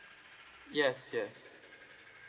yes yes